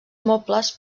mobles